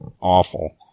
awful